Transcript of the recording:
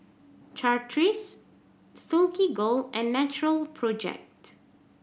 Chateraise Silkygirl and Natural Project